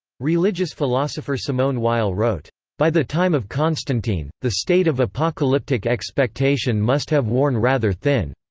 religious philosopher simone weil wrote by the time of constantine, the state of apocalyptic expectation must have worn rather thin.